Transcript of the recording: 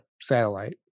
satellite